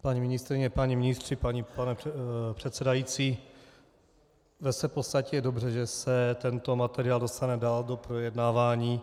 Paní ministryně, páni ministři, pane předsedající, v podstatě je dobře, že se tento materiál dostane dál do projednávání.